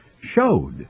showed